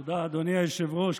תודה, אדוני היושב-ראש.